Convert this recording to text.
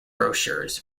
brochures